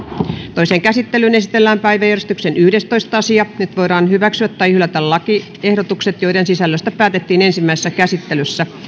toiseen käsittelyyn esitellään päiväjärjestyksen kuudes asia nyt voidaan hyväksyä tai hylätä lakiehdotukset joiden sisällöstä päätettiin ensimmäisessä käsittelyssä